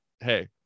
hey